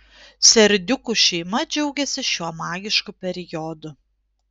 serdiukų šeima džiaugiasi šiuo magišku periodu